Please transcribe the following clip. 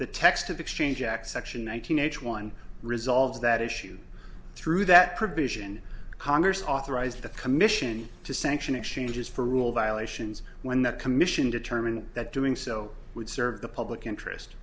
the text of exchange act section one hundred eighty one resolves that issue through that provision congress authorized the commission to sanction exchanges for rule violations when the commission determined that doing so would serve the public interest